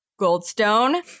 Goldstone